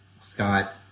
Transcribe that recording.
Scott